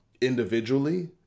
individually